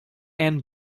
and